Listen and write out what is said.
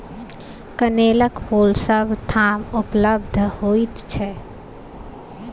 कनेलक फूल सभ ठाम उपलब्ध होइत छै